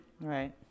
Right